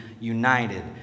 united